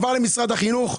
עבר למשרד החינוך.